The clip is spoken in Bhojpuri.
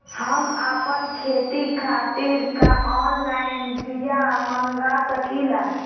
हम आपन खेती खातिर का ऑनलाइन बिया मँगा सकिला?